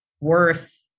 worth